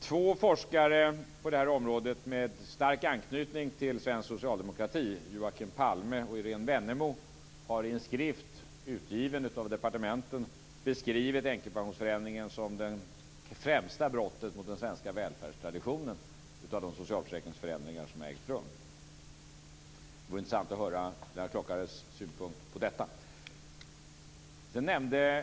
Två forskare på det här området med stark anknytning till svensk socialdemokrati, Joakim Palme och Irene Wennemo, har i en skrift utgiven av departementen beskrivit änkepensionsförändringen som det främsta brottet mot den svenska välfärdstraditionen av de socialförsäkringsförändringar som har ägt rum. Det vore intressant att höra Lennart Klockares synpunkt på detta.